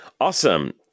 Awesome